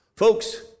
Folks